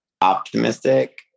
optimistic